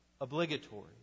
obligatory